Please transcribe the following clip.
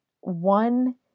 one